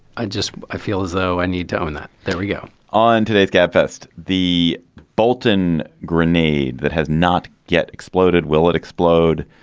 i just i feel as though i need to own that there we go on today's gabfest, the bolton grenade that has not yet exploded will it explode?